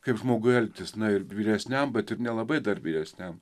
kaip žmogui elgtis na ir vyresniam bet ir nelabai dar vyresniam